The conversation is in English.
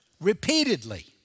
repeatedly